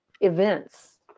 events